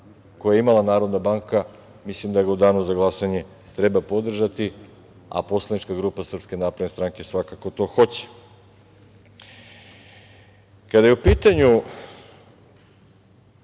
koja je imala Narodna banka, mislim da ga u danu za glasanje treba podržati, a poslanička grupa SNS svakako to hoće. Kada je u pitanju